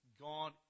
God